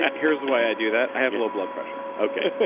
here's why i do that, i have low blood pressure okay.